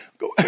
go